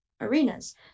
arenas